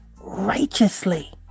righteously